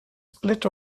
split